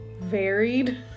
varied